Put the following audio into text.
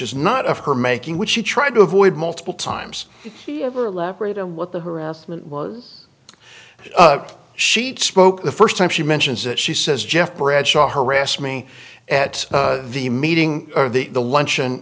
is not of her making which she tried to avoid multiple times she ever labrat and what the harassment was but she'd spoke the first time she mentions it she says jeff bradshaw harassed me at the meeting or the the luncheon